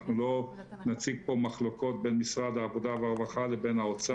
אנחנו לא נציג פה מחלוקות בין משרד העבודה והרווחה לבין האוצר.